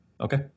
Okay